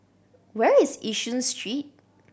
where is Yishun Street